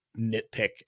nitpick